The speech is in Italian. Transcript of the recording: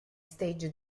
stage